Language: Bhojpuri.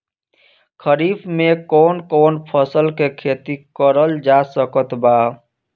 खरीफ मे कौन कौन फसल के खेती करल जा सकत बा?